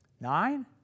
Nine